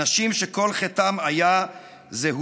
אנשים שכל חטאם היה זהותם,